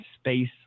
space